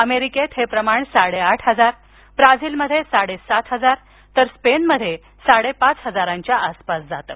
अमेरिकेत हे प्रमाण साडेआठ हजार ब्राझिलमध्ये साडेसात हजार तर स्पेनमध्ये साडेपाच हजाराच्या आसपास जातं